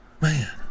man